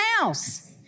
house